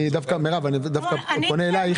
אני דווקא פונה אליך,